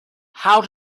how